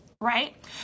right